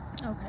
Okay